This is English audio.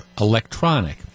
electronic